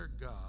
God